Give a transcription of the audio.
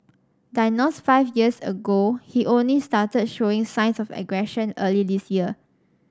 diagnosed five years ago he only started showing signs of aggression early this year